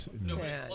No